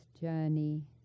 journey